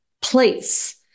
place